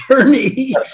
journey